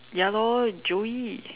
ya lor Joey